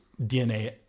DNA